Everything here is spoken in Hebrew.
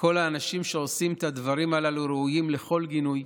שכל האנשים שעושים את הדברים הללו ראויים לכל גינוי.